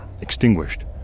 extinguished